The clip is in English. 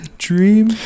dream